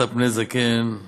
מקרים כאלה מופיעים בעיתון.